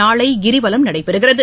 நாளை கிரிவலம் நடைபெறுகிறது